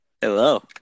hello